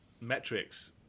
metrics